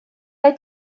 oedd